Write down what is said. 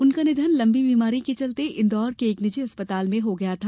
उनका निधन लंबी बीमारी के चलते इंदौर के एक निजी अस्पताल में हो गया था